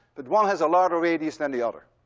but one has a larger radius than the other.